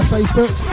Facebook